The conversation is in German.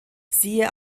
siehe